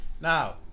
Now